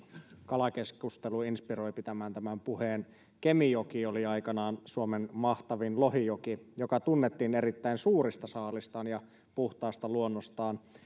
kalakeskustelu inspiroi pitämään tämän puheen kemijoki oli aikanaan suomen mahtavin lohijoki joka tunnettiin erittäin suurista saaliistaan ja puhtaasta luonnostaan